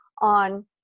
on